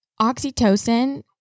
oxytocin